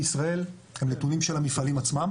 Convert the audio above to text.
בישראל הם נתונים של המפעלים עצמם